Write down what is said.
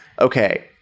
Okay